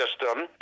system